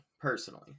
personally